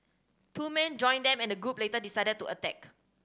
two men joined them and the group later decided to attack